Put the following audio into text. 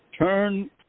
Turn